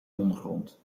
ondergrond